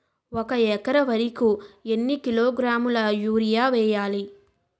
ఒక ఎకర వరి కు ఎన్ని కిలోగ్రాముల యూరియా వెయ్యాలి?